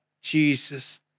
Jesus